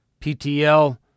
PTL